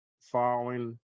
following